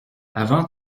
avant